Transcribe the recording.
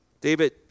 David